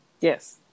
yes